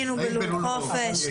היית בלול חופש.